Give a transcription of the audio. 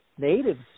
natives